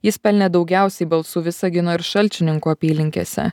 jis pelnė daugiausiai balsų visagino ir šalčininkų apylinkėse